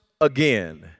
again